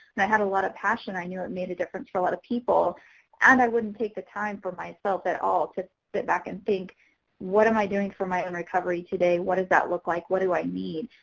and i had a lot of passion, i knew it made a difference for a lot of people and i wouldn't take the time for myself at all to sit back and think what am i doing for my own recovery today? what does that look like? what do i need?